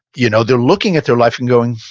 you know they're looking at their life and going,